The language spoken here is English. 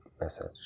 message